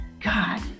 God